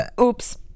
oops